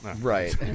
Right